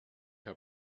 herr